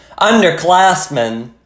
underclassmen